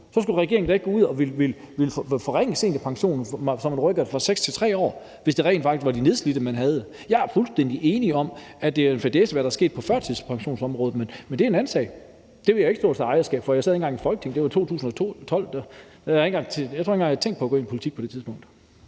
skulle da ikke gå ud og ville forringe seniorpensionen, så man rykker det fra 6 til 3 år, hvis det rent faktisk var de nedslidte, man havde for øje. Jeg er fuldstændig enig i, at det, der er sket på førtidspensionsområdet, er en fadæse, men det er en anden sag. Det vil jeg ikke stå og tage ejerskab over. Jeg sad ikke engang i Folketinget. Det var i 2012. Jeg tror ikke engang, jeg havde tænkt på at gå ind i politik på det tidspunkt.